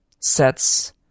sets